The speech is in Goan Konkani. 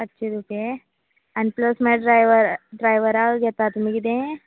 पांचशीं रुपये आनी प्लस मागीर ड्रायवर ड्रायवरा घेता तुमी कितें